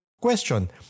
Question